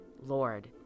Lord